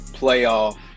playoff